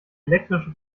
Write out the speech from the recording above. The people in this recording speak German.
elektrische